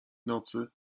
nocy